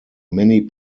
many